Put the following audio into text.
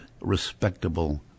respectable